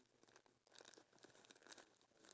iya hopefully